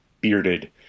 bearded